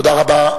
תודה רבה.